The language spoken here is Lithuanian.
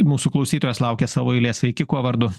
mūsų klausytojas laukia savo eilės sveiki kuo vardu